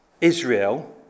Israel